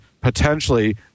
potentially